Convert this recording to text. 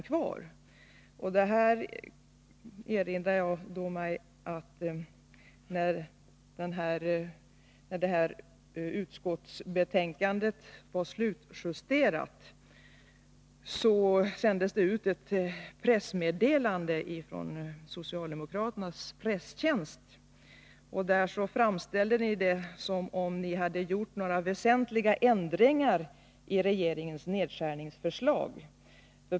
Jag erinrar mig då att det sändes ut ett pressmeddelande från socialdemokraternas presstjänst, när detta utskottsbetänkande var slutjusterat. Därvid framställde ni det hela som om ni hade gjort väsentliga ändringar av regeringens nedskärningsförslag.